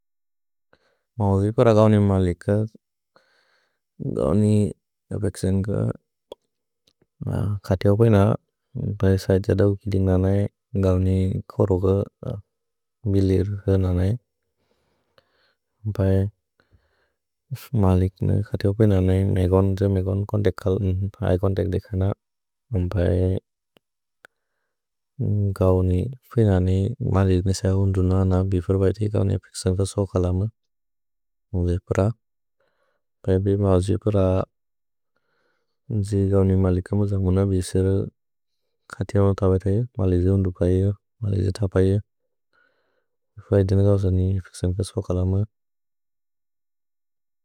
मौलिक् प्र गौनि मलिक्, गौनि एपेक्सेन् क। खतिअ उपेन, बए सए त्सद उकिदिन ननए, गौनि कोरोग बिलिर् हन ननए। भए मलिक् न खतिअ उपेन ननए, मेगोन् त्स मेगोन् कोन्तेक् कल्। भए कोन्तेक् देख नन, बए गौनि फिन ननि मलिक् निस हुन्दुन। न बिफुर् बएति गौनि एपेक्सेन् तसो कलम। मुवे प्र, बए बि मौजि प्र जि गौनि मलिक मुजन्गुन बिसेले। खतिअ उपेन बएत इए, मलिजि हुन्दुप इए, मलिजि तप इए। भिफुर् बए देख उसनि एपेक्सेन् तसो कलम।